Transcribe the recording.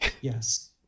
Yes